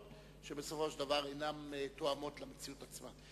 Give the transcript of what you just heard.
שבסופו של דבר אינן תואמות את המציאות עצמה.